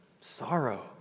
sorrow